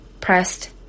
pressed